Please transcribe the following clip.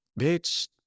bitch